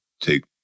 take